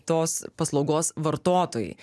tos paslaugos vartotojai